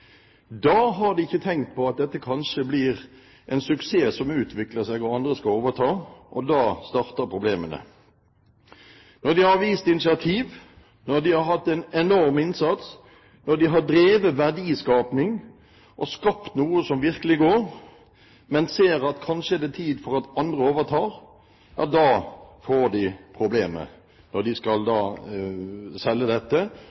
Da har de ikke tenkt på at dette kanskje blir en suksess som utvikler seg, og som andre skal overta. Da starter problemene. Når de har vist initiativ, når de har gjort en enorm innsats, når de har drevet verdiskaping og skapt noe som virkelig går, men ser at det kanskje er tid for at andre overtar, får de problemer når de skal selge dette